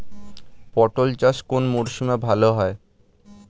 পটল চাষ কোন মরশুমে ভাল হয়?